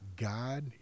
god